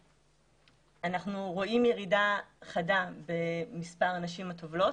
אנחנו רואים ירידה חדה במספר הנשים הטובלות